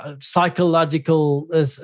psychological